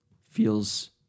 Feels